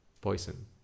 Poison